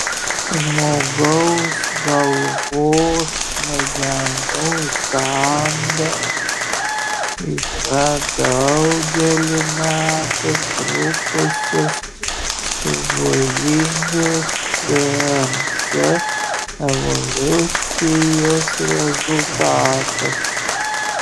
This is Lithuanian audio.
žmogaus galvos smegenų sandara yra daugelį metų trukusios stuburinių cns evoliucijos rezultatas